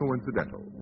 coincidental